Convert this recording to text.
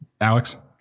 alex